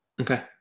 Okay